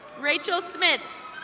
rachel smiths.